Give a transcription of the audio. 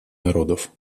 народов